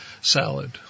salad